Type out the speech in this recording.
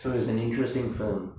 so it's an interesting film